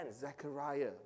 Zechariah